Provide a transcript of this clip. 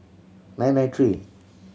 nine nine three